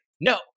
no